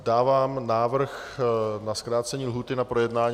Dávám návrh na zkrácení lhůty na projednání.